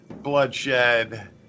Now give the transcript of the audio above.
Bloodshed